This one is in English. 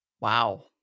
Wow